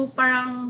parang